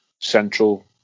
central